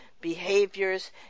behaviors